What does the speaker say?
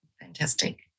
Fantastic